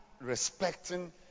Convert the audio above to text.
respecting